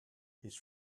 his